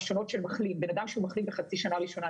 בן אדם שמחלים בחצי שנה ראשונה,